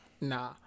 Nah